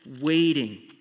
waiting